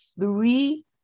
three